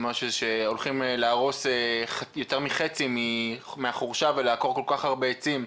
שאומר שהולכים להרוס יותר מחצי מהחורשה ולעקור כל כך הרבה עצים,